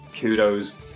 kudos